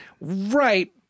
right